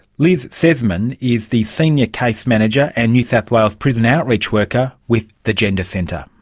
liz ceissman is the senior case manager and new south wales prison outreach worker with the gender centre.